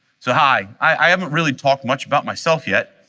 so hi, i haven't really talked much about myself yet,